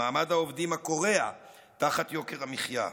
במעמד העובדים הכורע תחת יוקר המחיה,